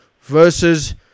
versus